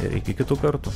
ir iki kitų kartų